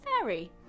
fairy